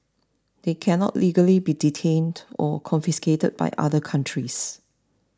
they cannot legally be detained or confiscated by other countries